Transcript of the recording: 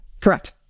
Correct